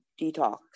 detox